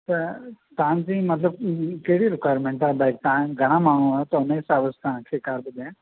त तव्हां जी मतलबु कहिड़ी रिक्वायरमेंट आहे भई तव्हां घणा माण्हू आहियो त हुन जे हिसाब सां तव्हां खे कार ॿुधायां